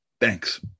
thanks